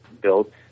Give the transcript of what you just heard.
built